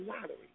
lottery